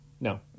no